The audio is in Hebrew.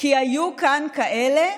כי היו כאן כאלה,